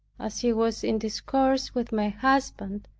as he was in discourse with my husband,